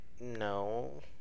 No